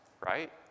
right